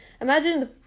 Imagine